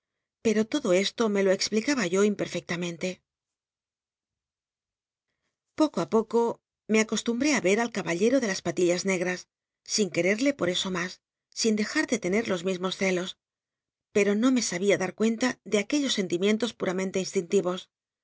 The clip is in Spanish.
pcro lodo e to me lo explicaba yo imperfcctamcnlc joco ii poco me acostumbré í re al caballero de las patillas nl'gras sin qucrel'lc por eso mas sin dejar de tener los mismos celos pero no me sabia dar cuenta de aquellos sentimientos puramente inslinthos